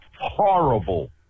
horrible